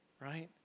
right